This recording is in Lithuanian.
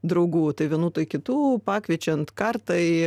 draugų tai vienų tai kitų pakviečiant kartai